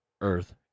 earth